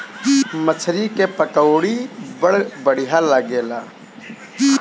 मछरी के पकौड़ी बड़ा बढ़िया लागेला